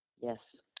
Yes